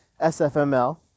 SFML